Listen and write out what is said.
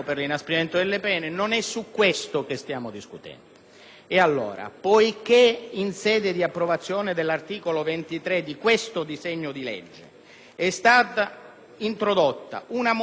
discutendo. In sede di approvazione dell'articolo 23 di questo disegno di legge è stata introdotta una modifica all'articolo 275 del codice di procedura penale,